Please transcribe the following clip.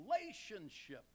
relationship